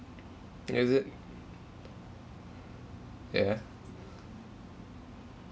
is it yeah